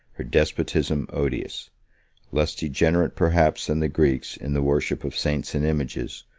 her despotism odious less degenerate perhaps than the greeks in the worship of saints and images,